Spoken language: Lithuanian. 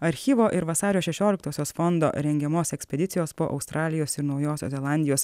archyvo ir vasario šešioliktosios fondo rengiamos ekspedicijos po australijos ir naujosios zelandijos